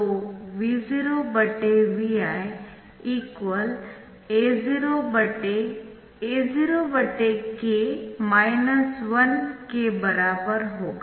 तो VoVi A0 A0 k 1 के बराबर होगा